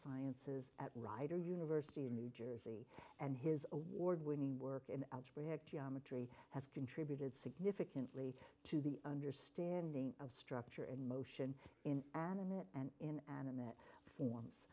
sciences at rider university in new jersey and his award winning work in algebraic geometry has contributed significantly to the understanding of structure and motion in animate and in an unmet forms